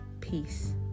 peace